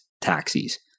taxis